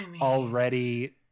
already